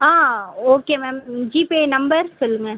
ஆ okay ma'am ம் GPay number சொல்லுங்கள்